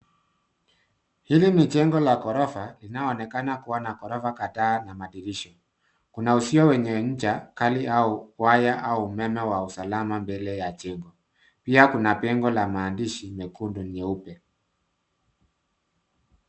Hili ni jengo la ghorofa linaloonekana kuwa na ghorofa kadhaa na madirisha. Kuna uzio wenye ncha kali au waya au umeme wa usalama mbele ya jengo pia kuna bango la maandishi mekundu na nyeupe.